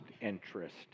interest